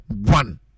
one